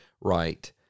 right